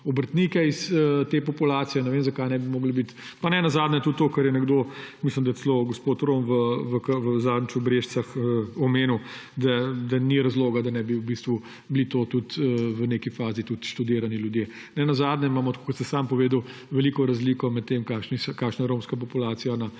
obrtnike iz te populacije, ne vem, zakaj ne bi mogli biti. Pa nenazadnje tudi to, kar je nekdo, mislim da, celo gospod Rom zadnjič v Brežicah omenil, da ni razloga, da ne bi bili tudi v neki fazi študirani ljudje. Nenazadnje imamo, tako kot ste sami povedali, veliko razliko med tem, kakšna je romska populacija na